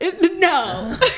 no